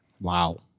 wow